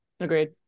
Agreed